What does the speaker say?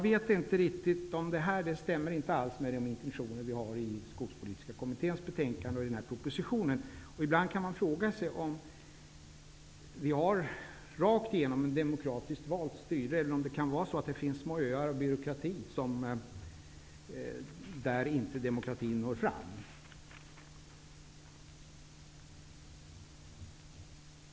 Det här stämmer inte alls med de intentioner vi har i den skogspolitiska kommitténs betänkande och i den här propositionen. Ibland kan man fråga sig om vi har ett rakt igenom demokratiskt valt styre, eller om det finns små öar av byråkrati där demokratin inte går fram.